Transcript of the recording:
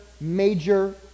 major